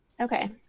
Okay